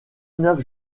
neuf